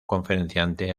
conferenciante